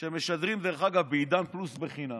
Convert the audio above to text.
שמשדרים בעידן פלוס חינם,